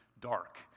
dark